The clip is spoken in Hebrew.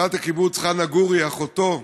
חברת הקיבוץ חנה גורי, אחותו,